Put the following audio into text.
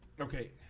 Okay